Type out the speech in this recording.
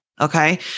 Okay